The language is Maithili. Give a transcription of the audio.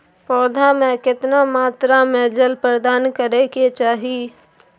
पौधा में केतना मात्रा में जल प्रदान करै के चाही?